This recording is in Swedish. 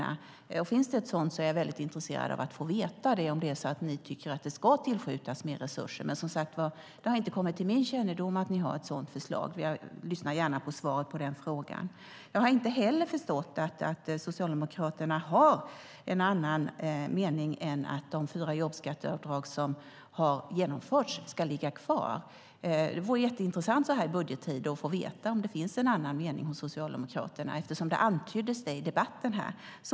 Om det finns ett sådant förslag, och om ni tycker att det ska skjutas till mer resurser, är jag intresserad av att få veta det. Ett sådant förslag har inte kommit till min kännedom, men jag vill gärna ha ett svar. Jag har heller inte förstått att Socialdemokraterna har en annan mening än att de fyra jobbskatteavdrag som har genomförts ska ligga kvar. Så här i budgettider vore det intressant att få veta om det finns en annan mening hos Socialdemokraterna, eftersom detta antyddes i debatten.